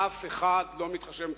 אף אחד לא מתחשב במצוקתם.